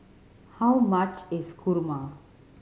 how much is kurma